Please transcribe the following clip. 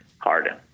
Harden